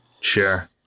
Sure